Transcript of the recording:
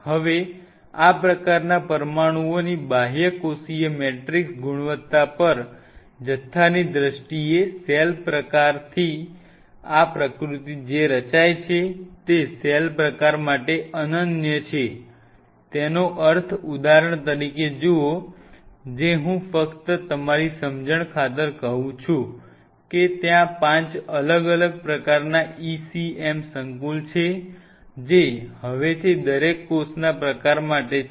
હવે આ પ્રકારના પરમાણુઓની બાહ્યકોષીય મેટ્રિક્સ ગુણવત્તા પર જથ્થાની દ્રષ્ટિએ સેલ પ્રકારથી આ પ્રકૃતિ જે રચાય છે તે સેલ પ્રકાર માટે અનન્ય છે તેનો અર્થ ઉદાહરણ તરીકે જુઓ જે હું ફક્ત તમારી સમજણ ખાતર કહું છું કે ત્યાં 5 અલગ અલગ પ્રકારના ECM સંકુલ છે જે હવેથી દરેક કોષના પ્રકાર માટે છે